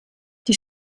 die